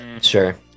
Sure